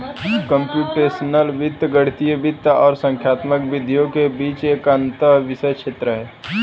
computational वित्त गणितीय वित्त और संख्यात्मक विधियों के बीच एक अंतःविषय क्षेत्र है